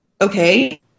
Okay